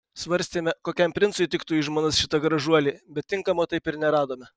svarstėme kokiam princui tiktų į žmonas šita gražuolė bet tinkamo taip ir neradome